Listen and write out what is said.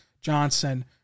Johnson